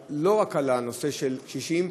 זה לא רק הנושא של קשישים,